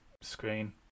screen